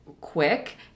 quick